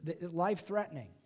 Life-threatening